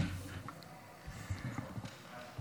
ביטחון.